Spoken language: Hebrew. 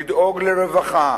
לדאוג לרווחה,